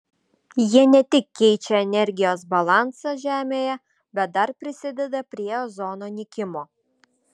jie ne tik keičia energijos balansą žemėje bet dar prisideda prie ozono nykimo